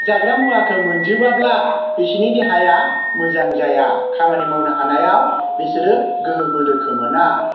जाग्रा मुवाखौ मोनजोबाब्ला बिसोरनि देहाया मोजां जाया खामानि मावनो हानायाव बिसोरो गोहो बोलोखौ मोना